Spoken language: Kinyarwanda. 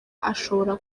ashobora